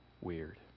weird